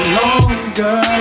longer